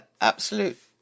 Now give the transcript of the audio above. absolute